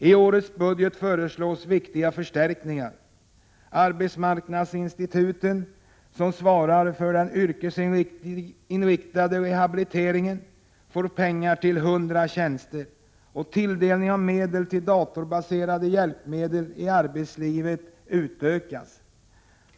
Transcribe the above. I årets budget föreslås viktiga förstärkningar. Arbetsmarknadsinstitutet — som svarar för den yrkesinriktade rehabiliteringen — får pengar till 100 tjänster, och tilldelningen av medel till datorbaserade hjälpmedel i arbetslivet ökas.